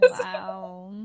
Wow